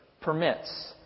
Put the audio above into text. permits